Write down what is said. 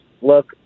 look